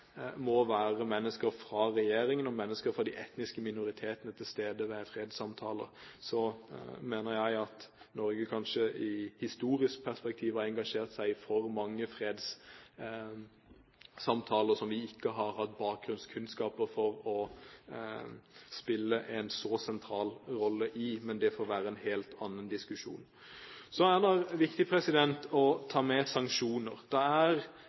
mennesker fra regjeringen og mennesker fra de etniske minoritetene må være til stede ved fredssamtaler, mener jeg at Norge kanskje i historisk perspektiv har engasjert seg i for mange fredssamtaler, der vi ikke har hatt bakgrunnskunnskaper for å spille en så sentral rolle. Men det får være en helt annen diskusjon. Så er det viktig å ta med sanksjoner. Det er